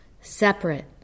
separate